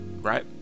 right